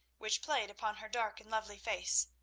which played upon her dark and lovely face.